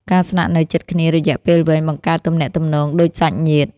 ការស្នាក់នៅជិតគ្នារយះពេលវែងបង្កើតទំនាក់ទំនងដូចសាច់ញាតិ។